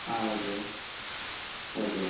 ah okay okay okay